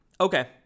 Okay